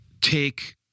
Take